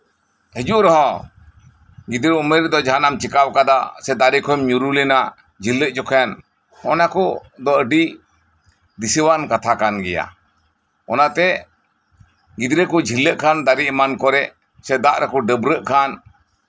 ᱩᱭᱦᱟᱹᱨ ᱦᱤᱡᱩᱜ ᱨᱮᱦᱚᱸ ᱜᱤᱫᱽᱨᱟᱹ ᱩᱢᱮᱨ ᱨᱮᱫᱚ ᱡᱟᱸᱦᱟᱱᱟᱜ ᱪᱤᱠᱟᱣ ᱠᱟᱫᱟ ᱥᱮ ᱫᱟᱨᱮ ᱠᱷᱚᱱ ᱧᱩᱨᱦᱩ ᱞᱮᱱᱟ ᱡᱷᱤᱞᱞᱟᱹᱜ ᱡᱚᱠᱷᱚᱱ ᱱᱚᱣᱟ ᱠᱚ ᱫᱚ ᱟᱹᱰᱤ ᱫᱤᱥᱟᱹ ᱟᱱ ᱠᱟᱛᱷᱟ ᱠᱟᱱ ᱜᱮᱭᱟ ᱚᱱᱟᱛᱮ ᱜᱤᱫᱽᱨᱟᱹ ᱠᱚ ᱡᱷᱤᱞᱞᱟᱹᱜ ᱠᱷᱟᱱ ᱫᱟᱨᱮ ᱮᱢᱟᱱ ᱠᱚᱨᱮᱜ ᱥᱮ ᱫᱟᱜ ᱨᱮᱠᱚ ᱰᱟᱹᱵᱨᱟᱹᱜ ᱠᱷᱟᱱ